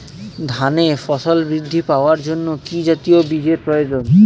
ধানে ফলন বৃদ্ধি পাওয়ার জন্য কি জাতীয় বীজের প্রয়োজন?